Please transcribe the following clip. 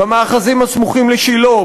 במאחזים הסמוכים לשילה,